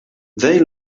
they